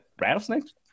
rattlesnakes